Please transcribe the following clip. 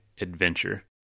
adventure